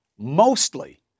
mostly